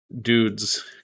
Dude's